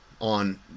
on